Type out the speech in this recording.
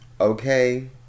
Okay